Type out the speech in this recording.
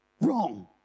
Wrong